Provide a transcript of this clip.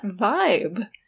vibe